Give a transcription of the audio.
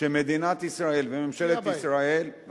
שמדינת ישראל וממשלת ישראל, הכירה בהן.